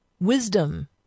wisdom